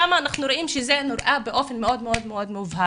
שם אנחנו רואים שזה נראה באופן מאוד מאוד מובהק,